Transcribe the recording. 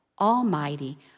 almighty